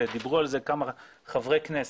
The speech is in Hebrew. ודיברו על זה כמה חברי כנסת,